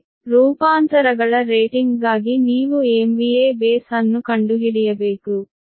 ಮುಂದೆ ರೂಪಾಂತರಗಳ ರೇಟಿಂಗ್ಗಾಗಿ ನೀವು MVA ಬೇಸ್ ಅನ್ನು ಕಂಡುಹಿಡಿಯಬೇಕು